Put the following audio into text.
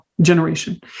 generation